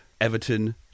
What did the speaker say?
Everton